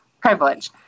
privilege